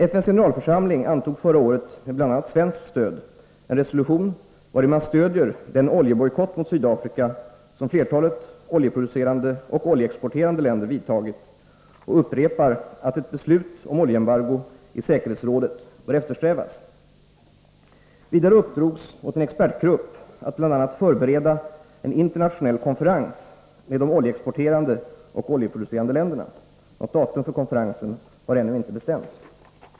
FN:s generalförsamling antog förra året med bl.a. svenskt stöd en resolution vari man stöder den oljebojkott mot Sydafrika som flertalet oljeproducerande och oljeexporterande länder vidtagit och upprepar att ett beslut om oljeembargo i säkerhetsrådet bör eftersträvas. Vidare uppdrogs åt en expertgrupp att bl.a. förbereda en internationell konferens med de oljeexporterande och oljeproducerande länderna. Något datum för konferensen har ännu inte bestämts.